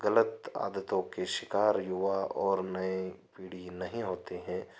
ग़लत आदतों के शिकार युवा और नए पीढ़ी नहीं होते हैं